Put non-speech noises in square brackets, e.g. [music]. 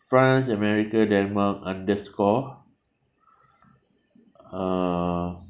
france america denmark underscore [breath] uh